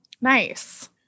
Nice